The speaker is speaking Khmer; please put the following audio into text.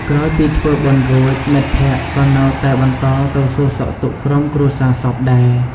ក្រោយពីធ្វើបុណ្យរួច មិត្តភក្តិក៏នៅតែបន្តទៅសួរសុខទុក្ខក្រុមគ្រួសារសពដែរ។